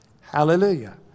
hallelujah